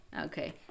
Okay